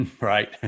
right